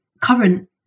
current